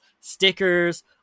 stickers